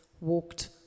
walked